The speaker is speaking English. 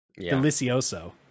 delicioso